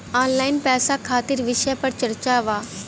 Online पैसा खातिर विषय पर चर्चा वा?